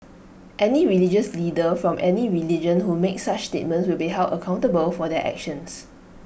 any religious leader from any religion who makes such statements will be held accountable for their actions